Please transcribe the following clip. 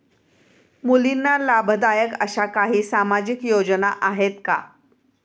मुलींना लाभदायक अशा काही सामाजिक योजना आहेत का?